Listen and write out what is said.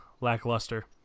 lackluster